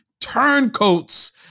turncoats